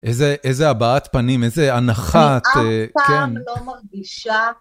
איזה הבעת פנים, איזה הנחת, כן. מאף פעם לא מרגישה.